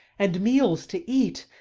and meals to eat,